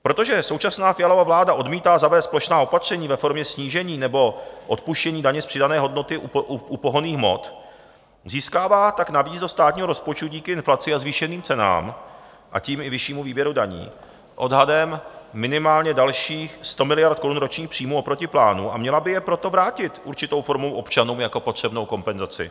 Protože současná Fialova vláda odmítá zavést plošná opatření ve formě snížení nebo odpuštění daně z přidané hodnoty u pohonných hmot, získává tak navíc do státního rozpočtu díky inflaci a zvýšeným cenám a tím i vyššímu výběru daní odhadem minimálně dalších 100 miliard korun ročních příjmů proti plánu, a měla by je proto vrátit určitou formou občanům jako potřebnou kompenzaci.